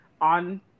on